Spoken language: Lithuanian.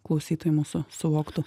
klausytojai mūsų suvoktų